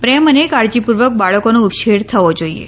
પ્રેમ અને કાળજીપૂર્વક બાળકોનો ઉછેર થવો જોઈએ